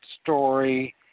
story